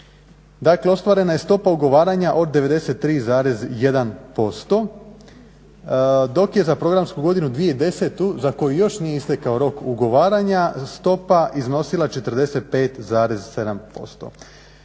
Dakle ostvarena je stopa ugovaranja od 93,1% dok je za programsku godinu 2010.za koju još nije istekao rok ugovaranja stopa iznosila 45,7%.